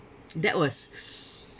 that was